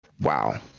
Wow